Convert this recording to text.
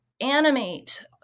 animate